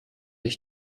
ich